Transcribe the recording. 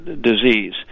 disease